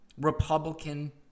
republican